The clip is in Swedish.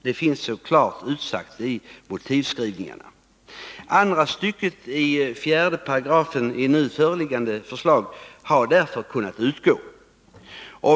Det finns så klart utsagt i motivskrivningarna. Andra stycket i 4 §i nu föreliggande lagförslag har därför kunnat utgå.